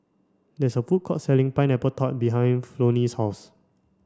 there is a food court selling pineapple tart behind Flonnie's house